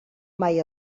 mai